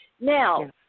Now